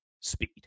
speed